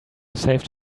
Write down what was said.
saved